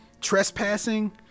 trespassing